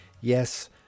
Yes